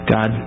God